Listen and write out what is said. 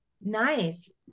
Nice